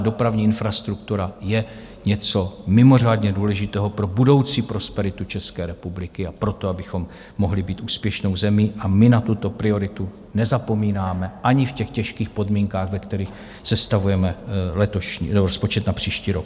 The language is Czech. Dopravní infrastruktura je něco mimořádně důležitého pro budoucí prosperitu České republiky a pro to, abychom mohli být úspěšnou zemí, a my na tuto prioritu nezapomínáme ani v těch těžkých podmínkách, ve kterých sestavujeme rozpočet na příští rok.